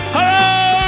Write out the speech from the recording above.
Hello